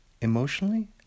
Emotionally